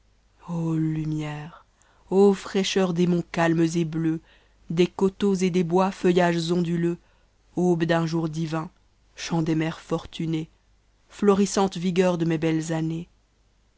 lumière ô fraîcheur des monts calmes et meus des coteaux et des bois feuillages onduleux aube d'un jour divin chant des mers fortunées florissante vigueur de mes belles années